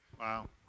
Wow